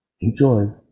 Enjoy